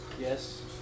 Yes